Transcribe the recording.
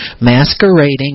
masquerading